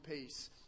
peace